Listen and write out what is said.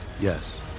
Yes